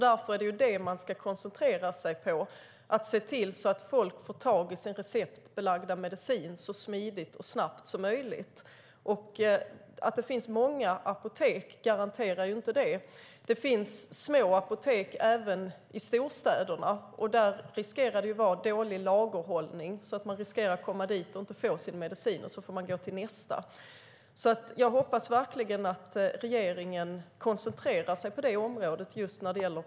Därför ska man koncentrera sig på att se till att folk får tag i sin receptbelagda medicin så smidigt och snabbt som möjligt. Att det finns många apotek garanterar inte det. Det finns små apotek även i storstäderna, och där riskerar det att vara dålig lagerhållning, så att man kanske kommer dit och inte får sin medicin utan får gå till nästa apotek. Jag hoppas verkligen att regeringen koncentrerar sig på patientsäkerheten.